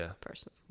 person